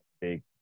Big